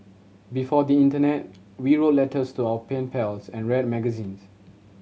before the internet we wrote letters to our pen pals and read magazines